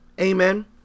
Amen